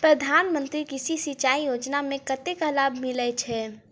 प्रधान मंत्री कृषि सिंचाई योजना मे कतेक लाभ मिलय छै?